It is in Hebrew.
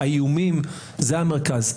האיומים זה המרכז.